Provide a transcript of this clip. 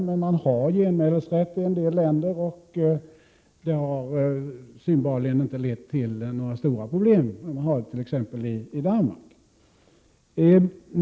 Men man har genmälesrätt i en del länder, och det har synbarligen inte lett till några stora problem; man har det t.ex. i Danmark.